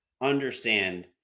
understand